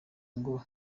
ngo